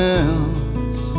else